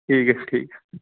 ठीक ऐ ठीक ऐ